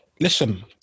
listen